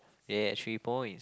yeah three points